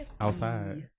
Outside